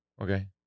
Okay